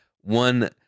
One